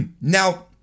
Now